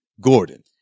Gordon